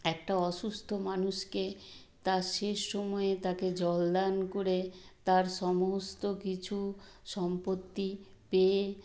একটা অসুস্থ মানুষকে তার শেষ সময়ে তাকে জল দান করে তার সমস্ত কিছু সম্পত্তি পেয়ে